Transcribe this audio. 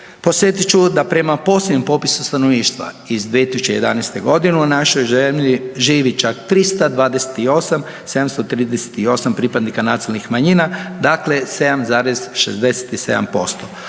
Podsjetit ću da prema posljednjem popisu stanovništva iz 2011. godine u našoj zemlji živi čak 328 738 pripadnika nacionalnih manjina, dakle 7,67%.